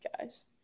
guys